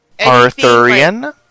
Arthurian